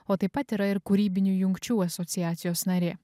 o taip pat yra ir kūrybinių jungčių asociacijos narė